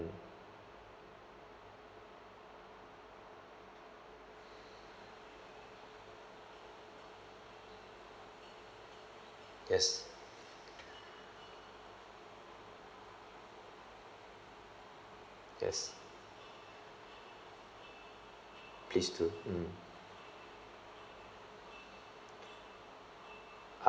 mm yes yes please do mm